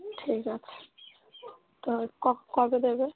ঠিক আছে তা তা কবে দেবেন